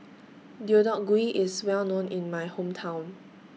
Deodeok Gui IS Well known in My Hometown